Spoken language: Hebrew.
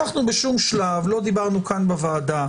אנחנו בשום שלב לא דיברנו כאן בוועדה